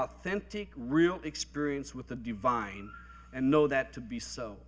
authentic real experience with the divine and know that to be so